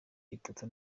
itatu